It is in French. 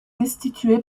destitué